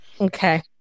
Okay